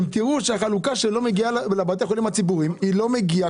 והחלוקה שלא מגיעה לבתי החולים הציבוריים לא מגיעה,